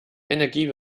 energie